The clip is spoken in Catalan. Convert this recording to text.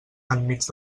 enmig